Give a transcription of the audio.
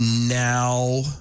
now